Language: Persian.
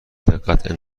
دقت